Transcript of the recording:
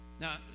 Now